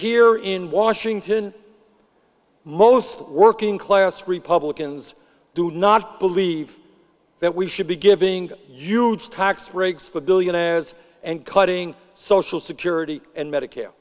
here in washington most working class republicans do not believe that we should be giving huge tax breaks for billionaires and cutting social security and medicare